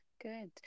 Good